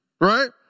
right